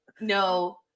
no